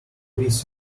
quiz